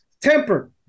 Temper